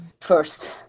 first